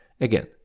Again